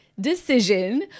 decision